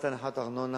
טבלת הנחת הארנונה